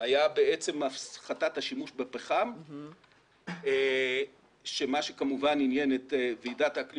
היה הפחתת השימוש בפחם ומה שכמובן עניין את ועידת האקלים